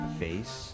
face